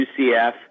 UCF